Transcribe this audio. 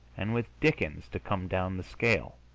and with dickens, to come down the scale.